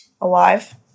Alive